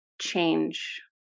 change